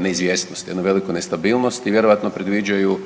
neizvjesnost, jednu veliku nestabilnost i vjerojatno predviđaju